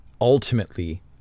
ultimately